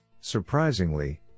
Surprisingly